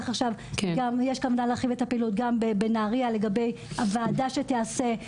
יש כוונה להרחיב את הפעילות גם בנהריה לגבי הוועדה שתיעשה.